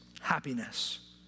happiness